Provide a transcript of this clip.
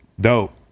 dope